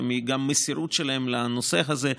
וגם מהמסירות שלהם לנושא הזה,